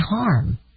harm